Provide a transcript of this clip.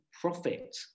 profit